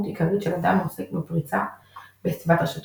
עיקרית של אדם העוסק בפריצה בסביבת רשתות,